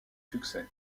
succès